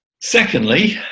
secondly